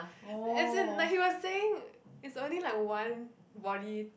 as in like he was saying is only like one body